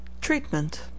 Treatment